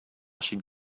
should